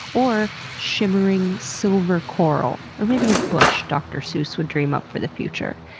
or shimmering silver coral, or maybe a bush dr. suess would dream up for the future.